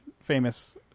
famous